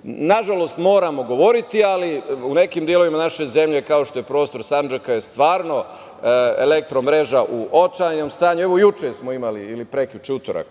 je. Nažalost, moramo govoriti, ali u nekim delovima naše zemlje, kao što je prostor Sandžaka, stvarno je elektro mreža u očajnom stanju. Evo, juče smo imali, ili prekjuče, utorak,